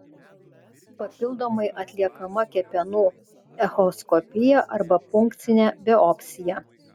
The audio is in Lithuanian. papildomai atliekama kepenų echoskopija arba punkcinė biopsija